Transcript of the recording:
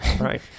Right